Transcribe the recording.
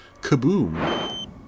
kaboom